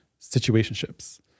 situationships